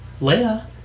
Leia